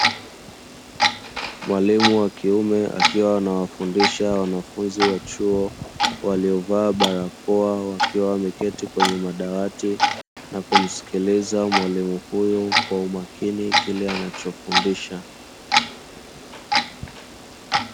Mwalimu wa kiume akiwa anawafundisha wanafunzi wa chuo, waliovaa barakoa, wakiwa wameketi kwenye madawati na kumsikiliza mwalimu huyu kwa umakini, kile anachokifundisha.